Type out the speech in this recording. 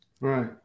right